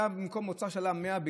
במקום הוצאה של 100,